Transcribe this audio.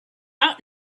out